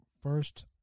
first